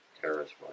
terrorist